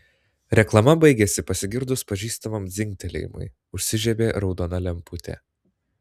reklama baigėsi pasigirdus pažįstamam dzingtelėjimui užsižiebė raudona lemputė